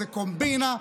איזו קומבינה,